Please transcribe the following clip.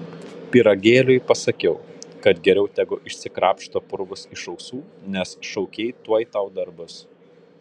pyragėliui pasakiau kad geriau tegu išsikrapšto purvus iš ausų nes šaukei tuoj tau dar bus